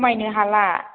खमायनो हाला